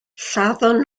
lladdon